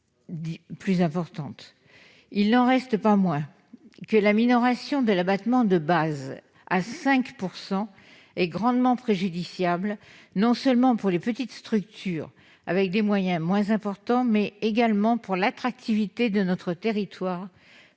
Il n'en reste pas moins que la minoration de l'abattement de base à 5 % est grandement préjudiciable, non seulement pour les petites structures avec des moyens moins importants, mais également pour l'attractivité de notre territoire